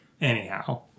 anyhow